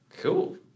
Cool